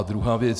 Druhá věc.